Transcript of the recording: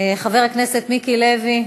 חבר הכנסת מיקי לוי,